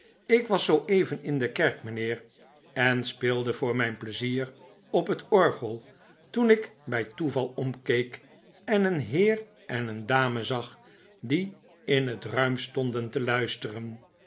ik was zooeven in de kerk mijnheer en speelde voor mijn pleizier op het orgel toen ik bij toeval omkeek en een heer en een dame zag die in het ruim stonden te luisteren